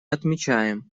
отмечаем